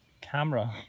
Camera